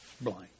blank